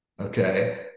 Okay